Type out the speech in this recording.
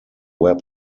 web